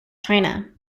china